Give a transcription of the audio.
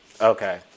Okay